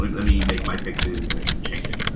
let me make my fixes and and change it.